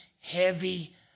heavy